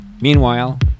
meanwhile